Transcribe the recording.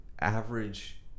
average